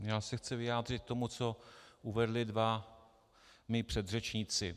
Já se chci vyjádřit k tomu, co uvedli dva mí předřečníci.